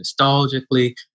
nostalgically